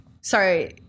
Sorry